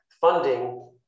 funding